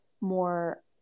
more